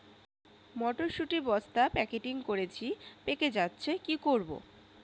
মটর শুটি বস্তা প্যাকেটিং করেছি পেকে যাচ্ছে কি করব?